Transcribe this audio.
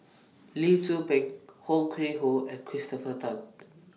Lee Tzu Pheng Ho Yuen Hoe and Christopher Tan